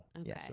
Okay